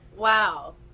Wow